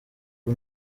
ubu